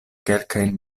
kelkajn